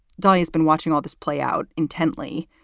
dolly has been watching all this play out intently.